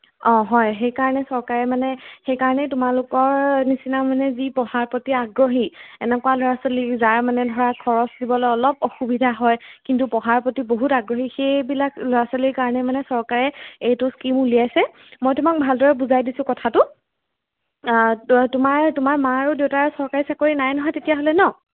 অঁ হয় সেইকাৰণে চৰকাৰে মানে সেইকাৰণেই তোমালোকৰ নিচিনা মানে যি পঢ়াৰ প্ৰতি আগ্ৰহী এনেকুৱা ল'ৰা ছোৱালী যাৰ মানে ধৰা খৰচ দিবলৈ অলপ অসুবিধা হয় কিন্তু পঢ়াৰ প্ৰতি বহুত আগ্ৰহী সেইবিলাক ল'ৰা ছোৱালীৰ কাৰণে মানে চৰকাৰে এইটো স্কীম উলিয়াইছে মই তোমাক ভালদৰে বুজাই দিছোঁ কথাটো তোমাৰ তোমাৰ মা আৰু দেউতাৰ চৰকাৰী চাকৰি নাই নহয় তেতিয়াহ'লে ন